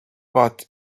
but